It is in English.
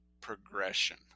progression